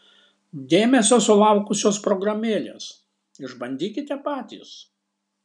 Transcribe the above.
dėmesio sulaukusios programėlės išbandykite patys